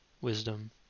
Wisdom